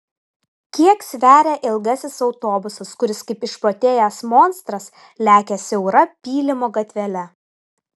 kiek sveria ilgasis autobusas kuris kaip išprotėjęs monstras lekia siaura pylimo gatvele